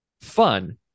fun